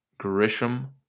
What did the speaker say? Grisham